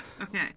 Okay